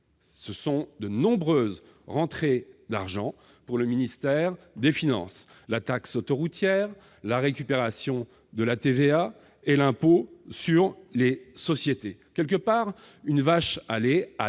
ce sont de nombreuses rentrées d'argent pour le ministère des finances : la taxe autoroutière, la récupération de la TVA et l'impôt sur les sociétés. Bref, c'est une vache à lait à